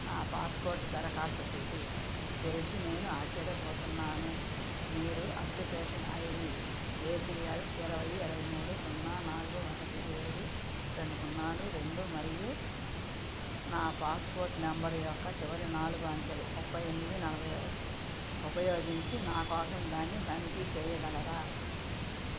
నా పాస్పోర్ట్ దరఖాస్తు స్థితి గురించి నేను ఆశ్చర్యపోతున్నాను మీరు application I D A P L ఇరవై ఇరవై మూడు సున్నా నాలుగు ఒకటి ఏడు రెండు సున్నాలు రెండు మరియు నా పాస్పోర్ట్ నెంబర్ యొక్క చివరి నాలుగు అంకెలు ముప్పై ఎనిమిది నలభై ఒకటి ఉపయోగించి నా కోసం దాన్ని తనిఖీ చేయగలరా